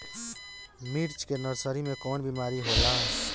मिर्च के नर्सरी मे कवन बीमारी होला?